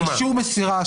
האישור מסירה.